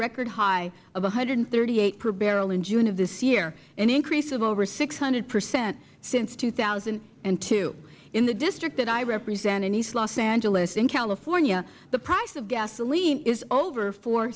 record high of one hundred and thirty eight per barrel in june of this year an increase of over six hundred percent since two thousand and two in the district that i represent in east los angeles in california the price of gasoline is over fo